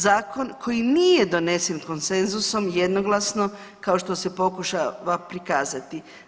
Zakon koji nije donesen konsenzusom, jednoglasno kao što se pokušava prikazati.